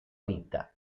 vita